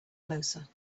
closer